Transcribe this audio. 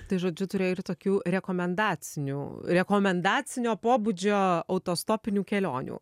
tai žodžiu turėjai ir tokių rekomendacinių rekomendacinio pobūdžio autostopinių kelionių